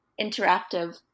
interactive